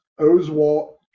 Oswald